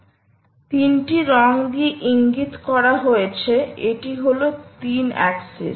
3 টি রং দিয়ে ইঙ্গিত করা হয়েছে এটি হল 3 অ্যাক্সিস